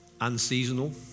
unseasonal